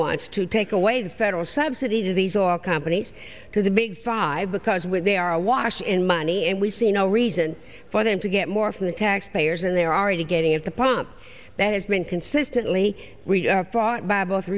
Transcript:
once to take away the federal subsidy to these auto companies to the big five because when they are awash in money and we see no reason for them to get more from the taxpayers and there are you getting at the pump that has been consistently we thought by both